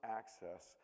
access